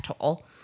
toll